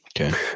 Okay